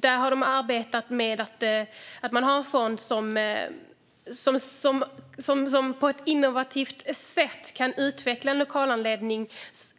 Där har man en fond som på ett innovativt sätt kan utveckla en